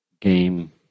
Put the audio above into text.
game